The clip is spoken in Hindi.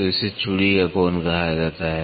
तो इसे चूड़ी का कोण कहा जाता है